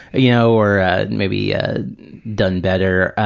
you know, or and maybe ah done better.